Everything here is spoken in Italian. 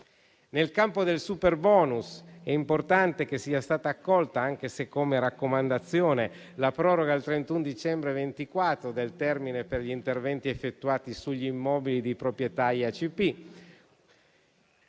Nel campo del superbonus è importante che sia stata accolta, anche se come raccomandazione, la proroga al 31 dicembre 2024 del termine per gli interventi effettuati sugli immobili di proprietà